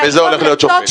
וזה הולך להיות שופט.